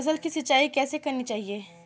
फसल की सिंचाई कैसे करनी चाहिए?